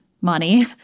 money